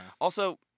Also-